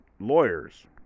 lawyers